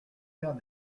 faire